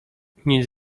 nic